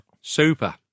Super